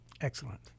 Excellent